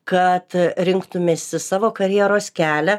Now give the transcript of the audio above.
kad rinktumeisi savo karjeros kelią